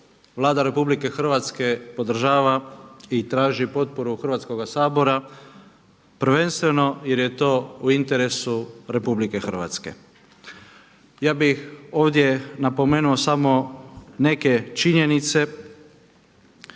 Vlada RH podržava i traži potporu Hrvatskoga sabora prvenstveno jer je to u interesu RH. Ja bih ovdje napomenuo samo neke činjenice